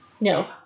No